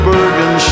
Bergen